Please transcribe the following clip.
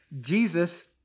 Jesus